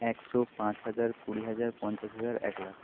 একশো পাঁচ হাজার কুড়ি হাজার পঞ্চাশ হাজার এক লাখ